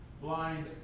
blind